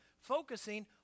focusing